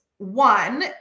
One